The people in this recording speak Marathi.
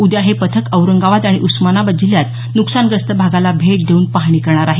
उद्या हे पथक औरंगाबाद आणि उस्मानाबाद जिल्ह्यात नुकसानग्रस्त भागाला भेट देऊन पाहणी करणार आहे